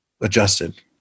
adjusted